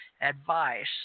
advice